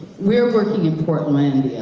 we're working in portandia